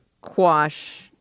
quash